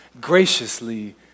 graciously